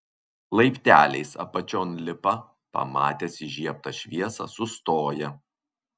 laipteliais apačion lipa pamatęs įžiebtą šviesą sustoja